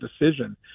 decision